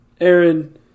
Aaron